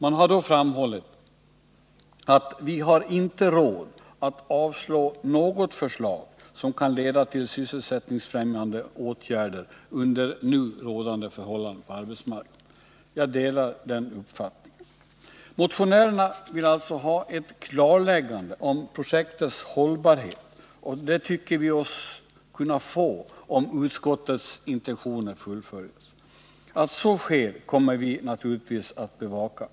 Man har då framhållit att ”vi har inte råd att avslå något förslag som kan leda till sysselsättningsfrämjande åtgärder under nu rådande förhållanden på arbetsmarknaden”. Jag delar den uppfattningen. Motionärerna vill ha ett klarläggande av projektets hållbarhet, och det tycker vi oss kunna få om utskottets intentioner följs. Att så sker kommer vi naturligtvis att bevaka.